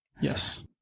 Yes